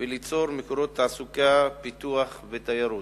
וליצור מקורות תעסוקה, פיתוח ותיירות.